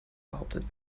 behauptet